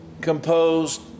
composed